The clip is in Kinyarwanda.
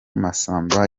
masamba